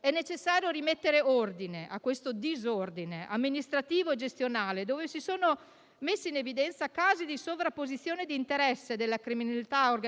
È necessario rimettere ordine a questo disordine amministrativo e gestionale, che ha messo in evidenza casi di sovrapposizione di interesse della criminalità